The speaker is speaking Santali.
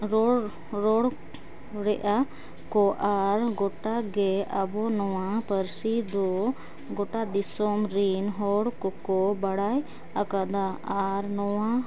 ᱨᱚᱲ ᱨᱚᱲᱮᱫᱼᱟ ᱠᱚ ᱟᱨ ᱜᱚᱴᱟᱜᱮ ᱟᱵᱚ ᱱᱚᱣᱟ ᱯᱟᱹᱨᱥᱤᱫᱚ ᱜᱚᱴᱟ ᱫᱤᱥᱚᱢᱨᱮᱱ ᱦᱚᱲᱠᱚᱠᱚ ᱵᱟᱲᱟᱭ ᱟᱠᱟᱫᱟ ᱟᱨ ᱱᱚᱣᱟ